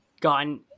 gotten